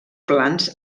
plans